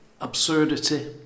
absurdity